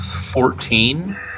Fourteen